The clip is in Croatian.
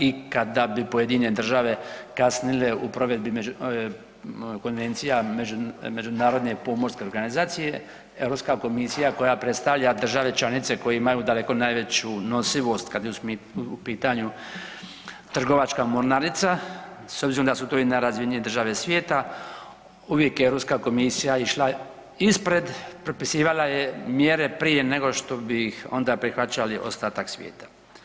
I kada bi pojedine države kasnile u provedbi konvencija međunarodne pomorske organizacije Europska komisija koja predstavlja države članice koje imaju daleko najveću nosivost kada je u pitanju trgovačka mornarica, s obzirom da su to i najrazvijenije države svijeta uvijek je Europska komisija išla ispred, propisivala je mjere prije nego što bi ih onda prihvaćali ostatak svijeta.